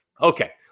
Okay